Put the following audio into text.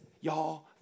y'all